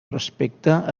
respecte